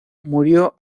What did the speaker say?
murió